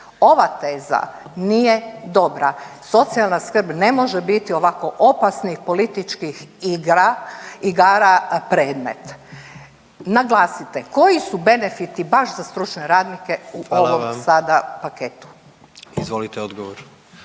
Ova teza nije dobra. Socijalna skrb ne može biti ovako opasnih političkih igra, igara predmet. Naglasite koji su benefiti baš za stručne radnike u ovom sada …/Upadica: Hvala vam./…